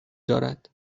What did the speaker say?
دارد